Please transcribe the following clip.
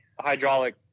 hydraulic